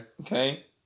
Okay